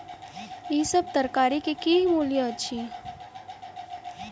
ई सभ तरकारी के की मूल्य अछि?